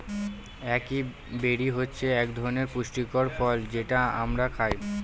একাই বেরি হচ্ছে এক ধরনের পুষ্টিকর ফল যেটা আমরা খায়